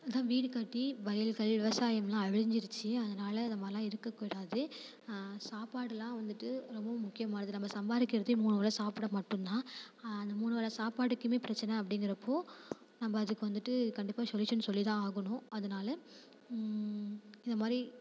அதுதான் வீடு கட்டி வயல்கள் விவசாயமெல்லாம் அழிஞ்சிருச்சு அதனால் இது மாதிரில்லாம் இருக்கக்கூடாது சாப்பாடெலாம் வந்துட்டு ரொம்ப முக்கியமானது நம்ம சம்பாரிக்கிறதே மூணு வேளை சாப்பிட மட்டும் தான் அந்த மூணு வேளை சாப்பாடுக்குமே பிரச்சின அப்படிங்கறப்போ நம்ம அதுக்கு வந்துட்டு கண்டிப்பாக சொலியூஷன் சொல்லி தான் ஆகணும் அதனால் இது மாதிரி